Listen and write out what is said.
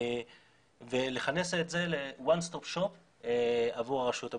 ולכנס את זה עבור הרשויות המקומיות.